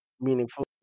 meaningful